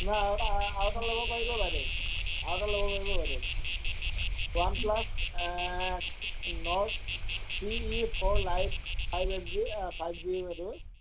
নাই আৰু এটা ল'ব পাৰিব বাইদেউ আৰু এটা ল'ব পাৰিব বাইদেউ one plus Nord three E four lite five eight G five G বাইদেউ